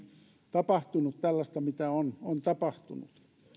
tapahtunut tällaista mitä on on tapahtunut